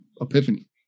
epiphany